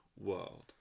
world